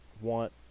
want